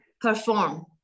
perform